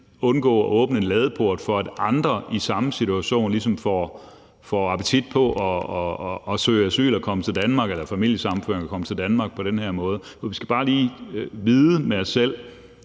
undgå at åbne en ladeport, i forhold til at andre i samme situation så ligesom får appetit på at søge asyl og komme til Danmark eller ved familiesammenføring kommer til Danmark på den her måde. For vi skal bare være klar over,